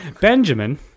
Benjamin